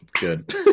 Good